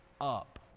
up